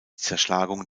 zerschlagung